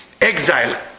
exile